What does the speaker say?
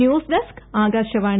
news desk Akashvani